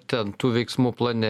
ten tų veiksmų plane